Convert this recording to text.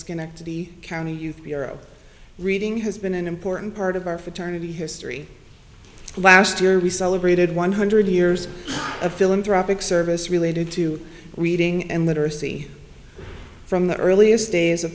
schenectady county youth bureau reading has been an important part of our fraternity history last year we celebrated one hundred years of philanthropic service related to reading and literacy from the earliest days o